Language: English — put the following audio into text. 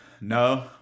No